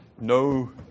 no